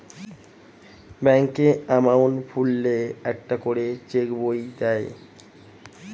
ব্যাঙ্কে অ্যাকাউন্ট খুললে একটা করে চেক বই দেয়